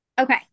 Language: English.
Okay